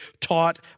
taught